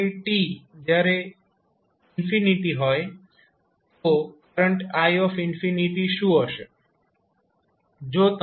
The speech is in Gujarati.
સમય t જયારે હોય તો કરંટ i શું હશે